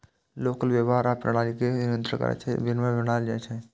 लोगक व्यवहार आ कार्यप्रणाली कें नियंत्रित करै खातिर विनियम बनाएल जाइ छै